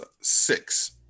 six